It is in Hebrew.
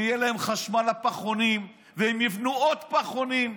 יהיה להם חשמל לפחונים, והם יבנו עוד פחונים,